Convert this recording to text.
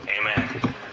amen